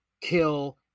kill